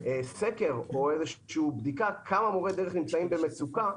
סקר או איזו בדיקה כמה מורי דרך נמצאים במצוקה,